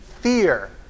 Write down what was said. fear